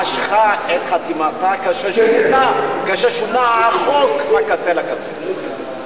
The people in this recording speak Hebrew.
משכה את חתימתה כאשר שונה החוק מקצה לקצה.